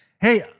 hey